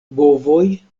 bovoj